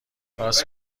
راست